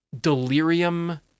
delirium